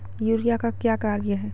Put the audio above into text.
Urea का क्या कार्य हैं?